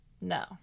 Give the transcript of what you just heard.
No